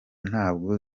ntabwo